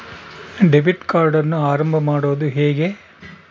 Debit ಕಾರ್ಡನ್ನು ಆರಂಭ ಮಾಡೋದು ಹೇಗೆ?